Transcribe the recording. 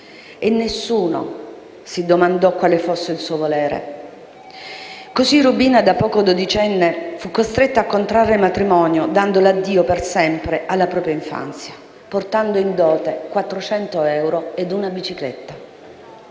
e nessuno si domandò quale fosse il suo volere. Così Rubina, da poco dodicenne, fu costretta a contrarre matrimonio dando l'addio per sempre alla propria infanzia, portando in dote 400 euro e una bicicletta.